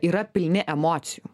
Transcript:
yra pilni emocijų